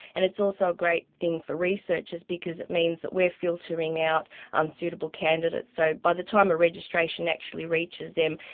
and it's also a great thing for researchers because it means that we are filtering out unsuitable candidates. so by the time a registration actually reaches them,